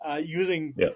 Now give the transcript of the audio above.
using